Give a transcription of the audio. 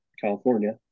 California